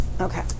Okay